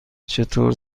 چطور